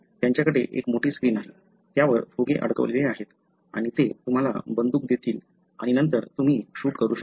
त्यांच्याकडे एक मोठी स्क्रीन आहे त्यावर फुगे अडकवले आहेत आणि ते तुम्हाला बंदूक देतील आणि नंतर तुम्ही शूट करू शकता